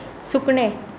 सुकणें